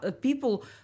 people